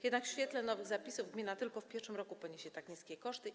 Jednak w świetle nowych zapisów gmina tylko w pierwszym roku poniesie tak niskie koszty.